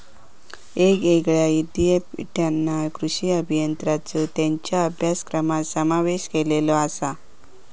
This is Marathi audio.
येगयेगळ्या ईद्यापीठांनी कृषी अभियांत्रिकेचो त्येंच्या अभ्यासक्रमात समावेश केलेलो आसा